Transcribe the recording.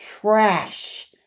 trash